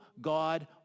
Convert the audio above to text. God